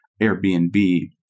airbnb